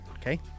okay